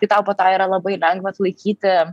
tai tau po to yra labai lengva atlaikyti